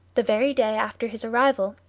the very day after his arrival,